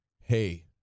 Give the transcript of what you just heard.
Hey